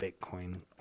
Bitcoin